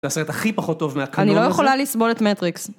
זה הסרט הכי פחות טוב מהקנון הזה. אני לא יכולה לסבול את מטריקס.